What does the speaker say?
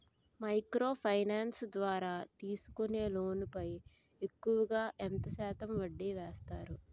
Micro finance ద్వారా తీసుకునే loan పై ఎక్కువుగా ఎంత శాతం వడ్డీ వేస్తారు?